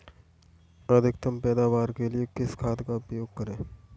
अधिकतम पैदावार के लिए किस खाद का उपयोग करें?